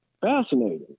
fascinating